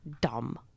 dumb